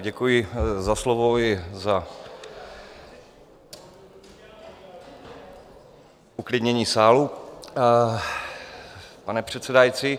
Děkuji za slovo i za uklidnění sálu, pane předsedající.